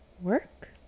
work